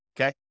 okay